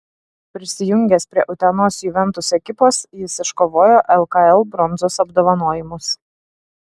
prisijungęs prie utenos juventus ekipos jis iškovojo lkl bronzos apdovanojimus